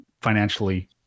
financially